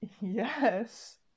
yes